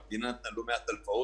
שהמדינה נתנה לא מעט הלוואות,